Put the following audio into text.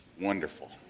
wonderful